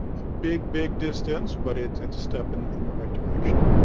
big big distance but it's it's step and in the right direction.